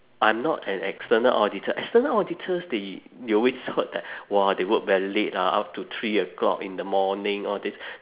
I'm not an external auditor external auditors they you always heard that !wah! they work very late ah up to three o'clock in the morning all this